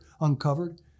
uncovered